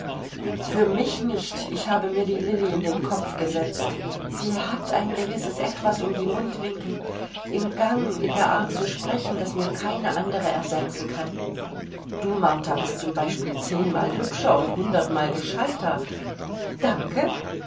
für mich nicht ich habe mir die lilli in den kopf gesetzt sie hat ein gewisses etwas um die mundwinkel im gang in der art zu sprechen das mir keine andere ersetzen kann du martha bist zum beispiel zehnmal hübscher und hundertmal gescheiter danke